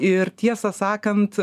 ir tiesą sakant